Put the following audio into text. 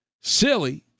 silly